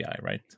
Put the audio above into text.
right